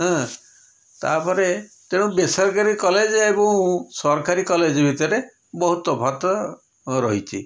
ଏଁ ତା'ପରେ ତେଣୁ ବେସରକାରୀ କଲେଜ୍ ଏବଂ ସରକାରୀ କଲେଜ୍ ଭିତରେ ବହୁତ ତଫାତ୍ ରହିଛି